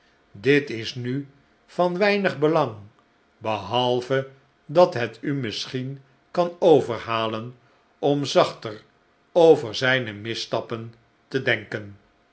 dit is nu van weinig belang behalve dat het u misschien kan overhaleji bm zachter over zijne misstappen te denken